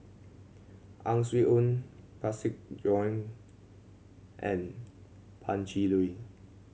Ang Swee Aun Parsick and Pan Cheng Lui